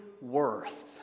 worth